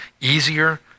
Easier